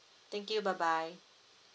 thank you bye bye